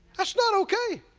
that's not okay.